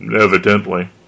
evidently